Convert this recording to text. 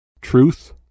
Truth